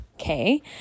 okay